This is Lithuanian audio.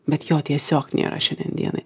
bet jo tiesiog nėra šiandien dienai